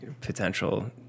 potential